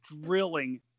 drilling